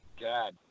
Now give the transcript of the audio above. God